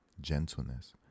gentleness